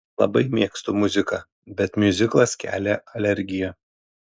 labai mėgstu muziką bet miuziklas kelia alergiją